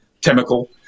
chemical